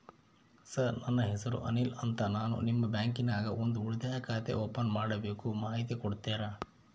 Sir ನನ್ನ ಹೆಸರು ಅನಿಲ್ ಅಂತ ನಾನು ನಿಮ್ಮ ಬ್ಯಾಂಕಿನ್ಯಾಗ ಒಂದು ಉಳಿತಾಯ ಖಾತೆ ಓಪನ್ ಮಾಡಬೇಕು ಮಾಹಿತಿ ಕೊಡ್ತೇರಾ?